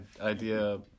idea